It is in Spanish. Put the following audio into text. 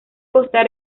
costa